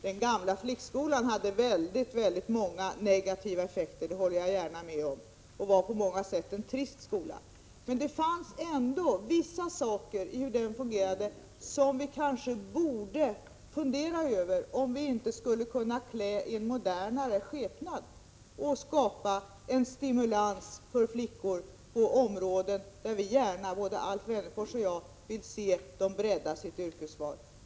Den gamla flickskolan hade väldigt många negativa effekter, det håller jag gärna med om, och den var på många sätt en trist skola. Men det fanns ändå vissa saker i hur den fungerade som vi kanske borde fundera över om vi inte skulle kunna klä i en modernare skepnad och skapa en stimulans för flickor på områden där vi gärna, både Alf Wennerfors och jag, vill se dem bredda sitt yrkesval.